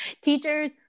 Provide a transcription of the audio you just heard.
Teachers